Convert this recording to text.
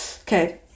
okay